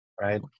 right